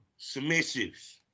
submissives